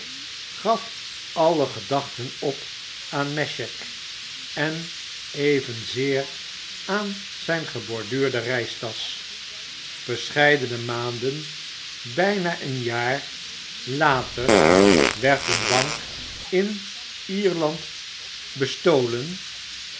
gaf alle gedachten op aan mesheck en evenzeer aan zyn geborduurde reistasch verscheidene maanden bijna eenjaar later werd een bank in ierland bestolen